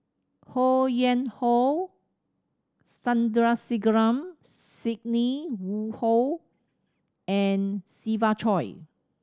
Ho Yuen Hoe Sandrasegaran Sidney Woodhull and Siva Choy